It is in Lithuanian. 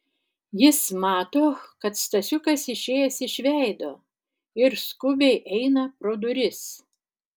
jis mato kad stasiukas išėjęs iš veido ir skubiai eina pro duris